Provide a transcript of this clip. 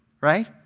right